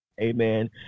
Amen